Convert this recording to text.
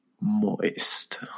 Moist